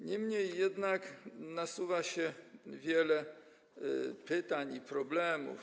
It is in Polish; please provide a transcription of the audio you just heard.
Niemniej jednak nasuwa się wiele pytań i problemów.